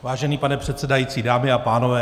Vážený pane předsedající, dámy a pánové.